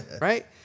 right